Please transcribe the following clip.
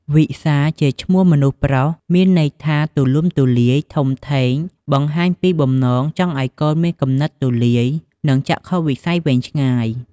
វិសាលជាឈ្មោះមនុស្សប្រុស មានន័យថាទូលំទូលាយ ធំធេង បង្ហាញពីបំណងចង់ឱ្យកូនមានគំនិតទូលាយ និង ចក្ខុវិស័យវែងឆ្ងាយ។